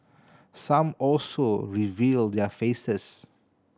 some also reveal their faces